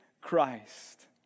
Christ